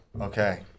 Okay